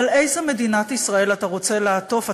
אבל איזו מדינת ישראל אתה רוצה לעטוף,